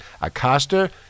Acosta